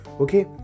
okay